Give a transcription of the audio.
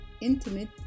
intimate